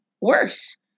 worse